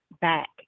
back